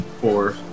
four